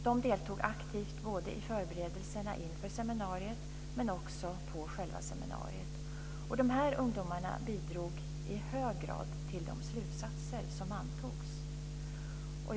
De deltog aktivt både i förberedelserna inför seminariet men också på själva seminariet. Ungdomarna bidrog i hög grad till de slutsatser som antogs.